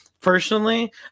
personally